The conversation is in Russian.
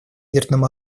ядерным